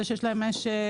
זה שיש להם משק.